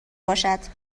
باشد